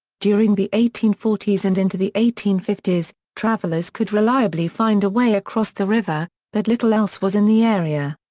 during the eighteen forty s and into the eighteen fifty s, travelers could reliably find a way across the river, but little else was in the area.